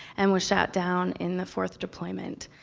and was shot down in the fourth deployment.